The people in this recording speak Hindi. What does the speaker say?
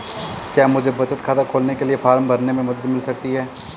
क्या मुझे बचत खाता खोलने के लिए फॉर्म भरने में मदद मिल सकती है?